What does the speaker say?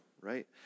right